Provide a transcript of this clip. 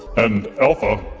and alpha,